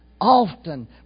often